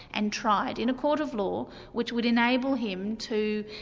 and tried in a court of law, which would enable him to